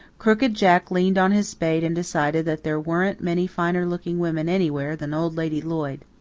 crooked jack leaned on his spade and decided that there weren't many finer looking women anywhere than old lady lloyd.